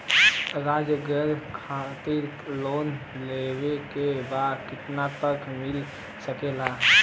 रोजगार खातिर लोन लेवेके बा कितना तक मिल सकेला?